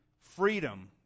freedom